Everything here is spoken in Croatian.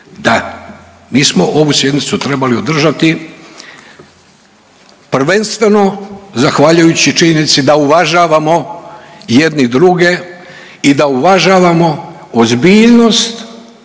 Da, mi smo ovu sjednicu trebali održati prvenstveno zahvaljujući činjenici da uvažavamo jedni druge i da uvažavamo ozbiljnost